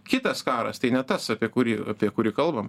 kitas karas tai ne tas apie kurį apie kurį kalbam